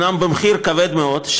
אומנם במחיר כבד מאוד,